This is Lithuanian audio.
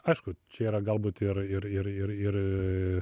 aišku čia yra galbūt ir ir ir ir ir